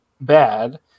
bad